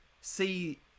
see